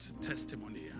testimony